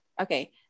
okay